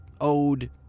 owed